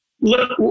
Look